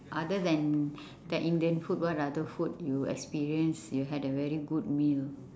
other than that indian food what other food you experience you had a very good meal